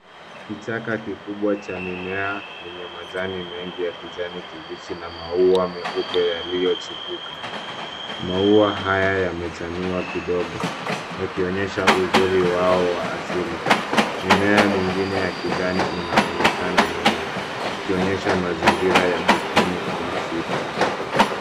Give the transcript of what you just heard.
Kichaka kikubwa cha mimea yenye majani mengi ya kijani kibichi na maua meupe yaliyochipuka. Maua haya yamechanua kidogo akionyesha uzuri wao wa asili. Mimea mengine ya kijani inaonekana nyuma ikionyesha mazingira ya bustani au msitu.